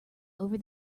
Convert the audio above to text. over